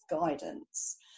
guidance